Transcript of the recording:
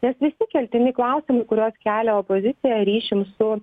nes visi keltini klausimai kuriuos kelia opozicija ryšium su